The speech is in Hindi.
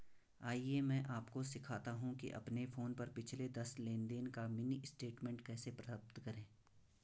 आइए मैं आपको सिखाता हूं कि अपने फोन पर पिछले दस लेनदेन का मिनी स्टेटमेंट कैसे प्राप्त करें